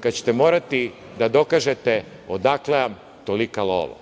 kada ćete morati da dokažete odakle vam tolika lova.